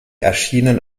erschienen